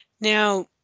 Now